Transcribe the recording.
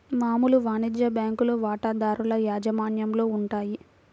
మామూలు వాణిజ్య బ్యాంకులు వాటాదారుల యాజమాన్యంలో ఉంటాయి